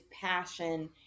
passion